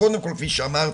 קודם כל, כפי שאמרתי,